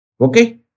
Okay